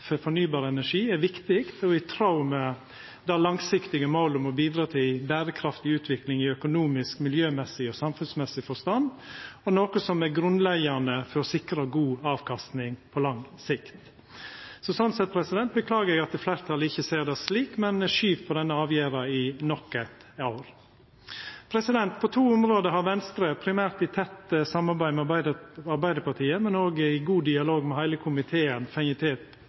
i tråd med det langsiktige målet om å bidra til ei berekraftig utvikling i økonomisk, miljømessig og samfunnsmessig forstand, og noko som er grunnleggjande for å sikra god avkastning på lang sikt. Slik sett beklagar eg at fleirtalet ikkje ser det slik, men skyv på den avgjerda i nok eit år. På to område har Venstre, primært i tett samarbeid med Arbeidarpartiet, men òg i god dialog med heile komiteen, fått til